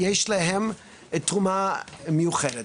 יש להם תרומה מיוחדת.